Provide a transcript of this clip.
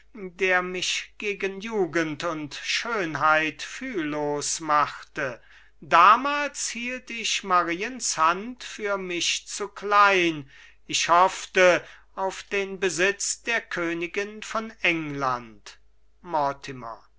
der mich gegen jugend und schönheit fühllos machte damals hielt ich mariens hand für mich zu klein ich hoffte auf den besitz der königin von england